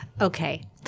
Okay